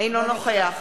אינו נוכח